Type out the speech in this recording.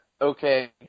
okay